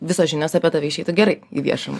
visos žinios apie tave išeitų gerai į viešumą